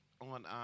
on